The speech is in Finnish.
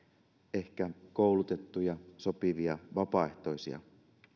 ehkä koulutettuja sopivia vapaaehtoisia